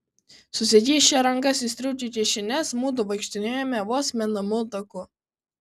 susikišę rankas į striukių kišenes mudu vaikštinėjome vos menamu taku